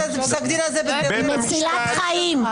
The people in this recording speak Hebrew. היא מצילת חיים.